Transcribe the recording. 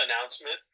announcement